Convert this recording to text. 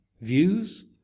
views